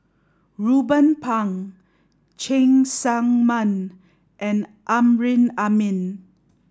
Ruben Pang Cheng Tsang Man and Amrin Amin